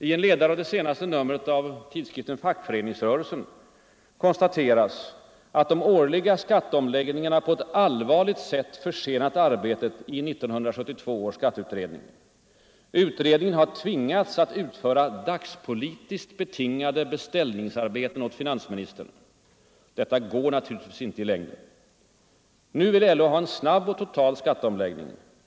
I en ledare i det senaste numret av tidskriften Fackföreningsrörelsen konstateras, ”att de årliga skatteomläggningarna på ett allvarligt sätt försenat arbetet i 1972 års skatteutredning”. Utredningen har tvingats ”utföra dagspolitiskt betingade beställningsarbeten åt finansministern. Detta går naturligtvis inte i längden.” Nu vill LO ha en snabb och total skatteomläggning.